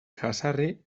jazarri